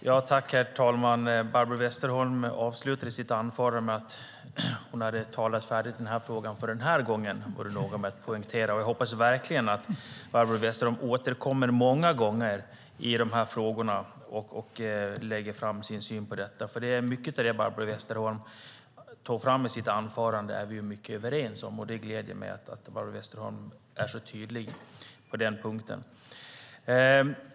Herr talman! Barbro Westerholm avslutade sitt anförande med att hon hade talat färdigt i den här frågan för den är gången. Det var hon noga med att poängtera. Jag hoppas verkligen att Barbro Westerholm återkommer många gånger i de här frågorna och lägger fram sin syn på dem, för mycket av det som Barbro Westerholm tog upp i sitt anförande är vi mycket överens om. Det gläder mig att Barbro Westerholm är så tydlig på den här punkten.